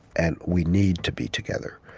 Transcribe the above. and we need to be together.